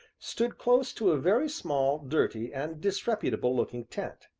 stood close to a very small, dirty, and disreputable-looking tent,